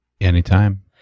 Anytime